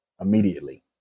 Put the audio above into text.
immediately